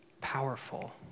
powerful